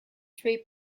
three